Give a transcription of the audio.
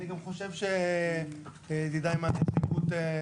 אני גם חושב שידידיי הם מבקרים אותנו,